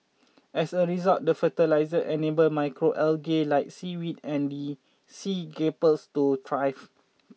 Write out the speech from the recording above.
as a result the fertiliser enable macro algae like seaweed and sea grapes to thrive